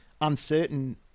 uncertain